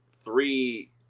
three